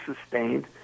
sustained